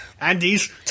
Andy's